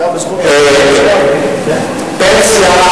פנסיה,